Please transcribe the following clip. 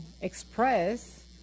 express